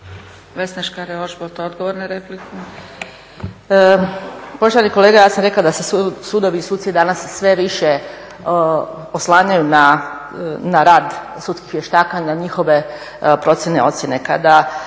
Vesna Škare-Ožbolt, odgovor na repliku.